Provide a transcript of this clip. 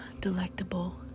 delectable